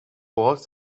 balls